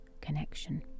connection